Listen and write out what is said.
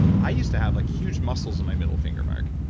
i used to have like huge muscles in my middle finger, mark.